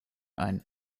ein